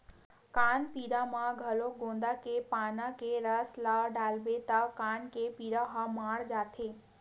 कान पीरा म घलो गोंदा के पाना के रसा ल डालबे त कान के पीरा ह माड़ जाथे